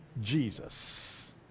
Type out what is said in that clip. Jesus